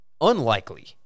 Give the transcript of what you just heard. unlikely